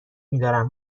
میدارم